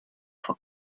for